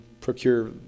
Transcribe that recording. procure